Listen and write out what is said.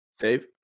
Save